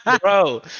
Bro